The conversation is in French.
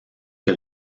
que